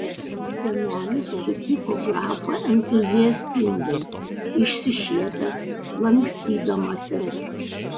senelis sutiko grafą entuziastingai išsišiepęs lankstydamasis